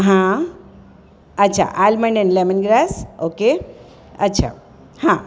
હા almond and lemongrass okay અચ્છા હા